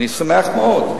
אני שמח מאוד.